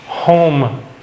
home